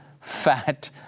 fat